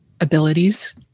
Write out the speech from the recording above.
abilities